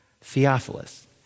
Theophilus